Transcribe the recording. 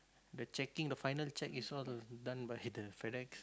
the checking the final check is all done by the Fedex